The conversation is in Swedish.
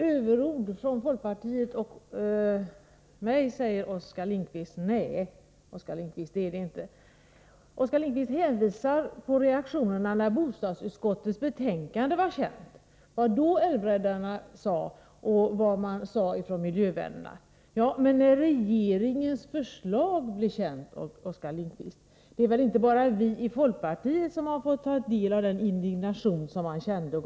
Herr talman! Oskar Lindkvist säger att det är överord från folkpartiet och mig. Nej, det är det inte. Oskar Lindkvist hänvisar till reaktionerna när bostadsutskottets betänkande blev känt, till vad älvräddarna och miljövännerna sade då. Ja, men hur var det när regeringens förslag blev känt, Oskar Lindkvist? Det är väl inte bara vi i folkpartiet som har fått ta del av den indignation som man kände då?